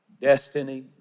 destiny